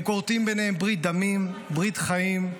הם כורתים ביניהם ברית דמים, ברית חיים,